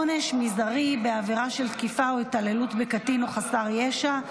(עונש מזערי בעבירה של תקיפה או התעללות בקטין או חסר ישע),